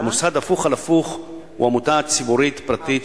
המוסד "הפוך על הפוך" הוא עמותה ציבורית פרטית